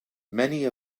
many